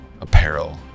apparel